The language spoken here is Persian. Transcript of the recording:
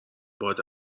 باد